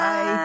Bye